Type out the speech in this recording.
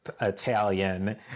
Italian